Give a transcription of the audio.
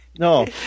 No